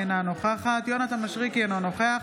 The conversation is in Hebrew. אינה נוכחת יונתן מישרקי, אינו נוכח